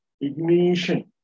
ignition